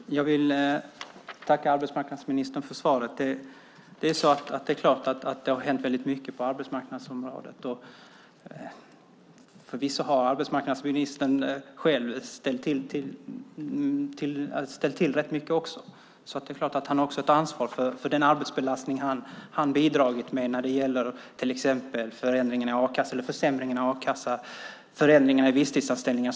Fru talman! Jag vill tacka arbetsmarknadsministern för svaret. Det är klart att det har hänt väldigt mycket på arbetsmarknadsområdet. Förvisso har arbetsmarknadsministern själv ställt till rätt mycket då det är klart att han också har ett ansvar för den arbetsbelastning han bidragit med när det gäller till exempel försämringen av a-kassan och förändringarna i visstidsanställningen.